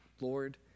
Lord